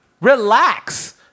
Relax